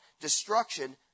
destruction